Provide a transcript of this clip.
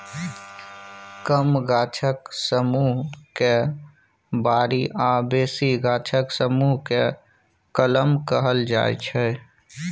कम गाछक समुह केँ बारी आ बेसी गाछक समुह केँ कलम कहल जाइ छै